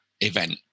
event